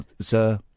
sir